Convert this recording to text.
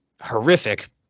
horrific